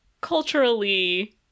culturally